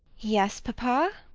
yes, papa.